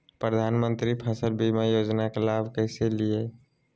प्रधानमंत्री फसल बीमा योजना के लाभ कैसे लिये?